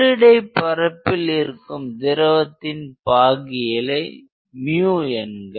உள்ளிடை பரப்பில் இருக்கும் திரவத்தின் பாகியலை µ என்க